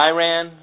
Iran